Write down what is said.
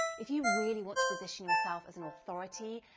if you really want to position yourself as an authority,